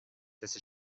تست